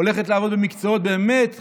הולכת לעבוד במקצועות באמת חשובים,